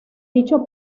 dicho